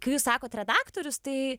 kai jūs sakot redaktorius tai